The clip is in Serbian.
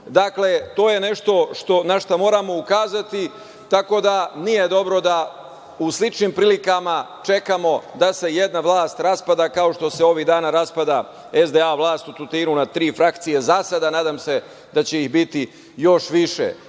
Dakle, to je nešto na šta moramo ukazati, tako da nije dobro da u sličnim prilikama čekamo da se jedna vlast raspada, kao što se ovih danas raspada SDA vlast u Tutinu, na tri frakcije za sada, a nadam se da će ih biti još više. To